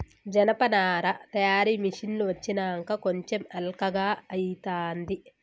జనపనార తయారీ మిషిన్లు వచ్చినంక కొంచెం అల్కగా అయితాంది